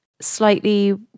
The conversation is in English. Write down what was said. slightly